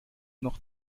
noch